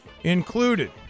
included